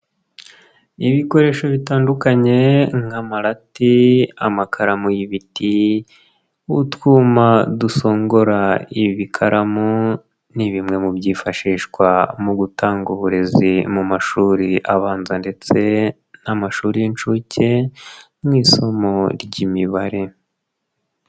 Ibikoresho bitandukanye nk'amarati, amakaramu y'ibiti, utwuma dusongora ibikaramo, ni bimwe mu byifashishwa mu gutanga uburezi mu mashuri abanza ndetse n'amashuri y'inshuke mu isomo ry'imibare.